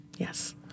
Yes